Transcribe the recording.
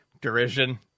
derision